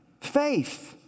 Faith